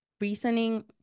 reasoning